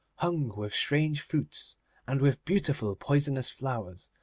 hung with strange fruits and with beautiful poisonous flowers.